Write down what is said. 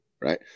Right